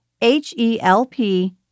H-E-L-P